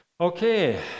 Okay